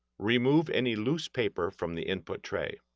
remove any loose paper from the input tray.